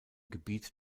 gebiet